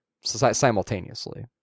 simultaneously